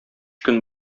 көн